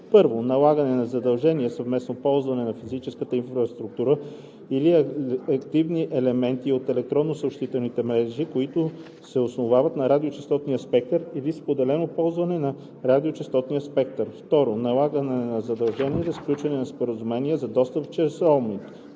за: 1. налагане на задължения за съвместно ползване на физическа инфраструктура или активни елементи от електронни съобщителни мрежи, които се основават на радиочестотния спектър, или споделено ползване на радиочестотен спектър; 2. налагане на задължения за сключване на споразумения за достъп чрез